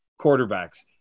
quarterbacks